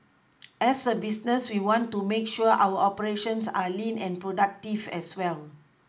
as a business we want to make sure our operations are lean and productive as well